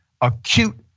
acute